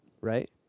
right